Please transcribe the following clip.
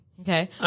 Okay